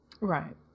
Right